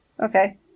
Okay